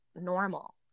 normal